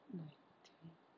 nineteen